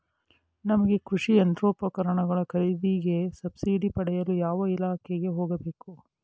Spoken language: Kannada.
ನಮಗೆ ಕೃಷಿ ಯಂತ್ರೋಪಕರಣಗಳ ಖರೀದಿಗೆ ಸಬ್ಸಿಡಿ ಪಡೆಯಲು ಯಾವ ಇಲಾಖೆಗೆ ಹೋಗಬೇಕು?